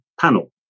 panel